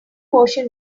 motion